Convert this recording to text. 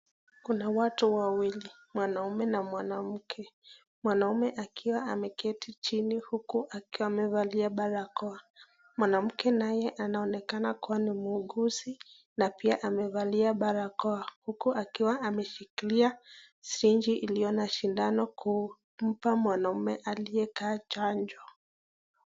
Kuna watu wawili, mwanaume na mwanamke. Mwanaume akiwa ameketi chini huku akiwa amevalia barakoa, mwanamke naye anaonekana ni muuguzi na pia amevalia barakoa huku akiwa ameshikilia syringe iliyo na sindano kumpa mwamaume aliyekaa chanjo.